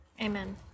Amen